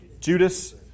Judas